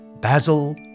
Basil